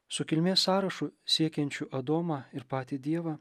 su kilmės sąrašu siekiančiu adomą ir patį dievą